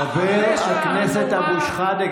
חבר הכנסת אבו שחאדה,